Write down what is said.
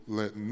let